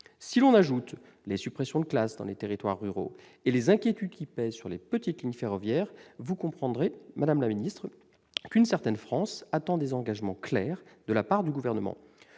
Si l'on ajoute les suppressions de classes dans les territoires ruraux et les inquiétudes qui pèsent sur les petites lignes ferroviaires, vous comprendrez, madame la ministre, qu'une certaine France attend des engagements clairs de la part du Gouvernement.